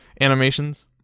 animations